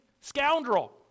scoundrel